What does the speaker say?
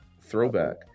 throwback